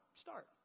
start